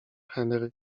henry